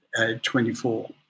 24